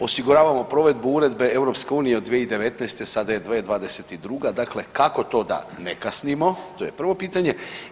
Osiguravamo provedbu Uredbe EU od 2019., sada je 2022., kako to da ne kasnimo, to je prvo pitanje.